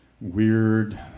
weird